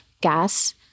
Gas